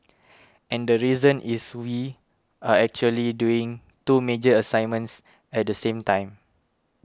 and the reason is we are actually doing two major assignments at the same time